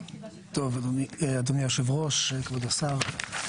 אדוני היושב ראש, כבוד השר.